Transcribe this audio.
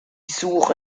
suche